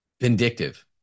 vindictive